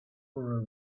for